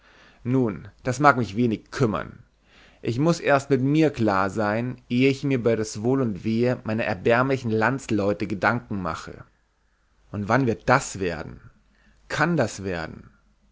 nun das mag mich wenig kümmern ich muß erst mit mir klar sein ehe ich mir über das wohl und wehe meiner erbärmlichen landsleute gedanken mache und wann wird das werden kann das werden